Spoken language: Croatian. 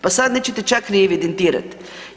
Pa sad nećete čak ni evidentirati.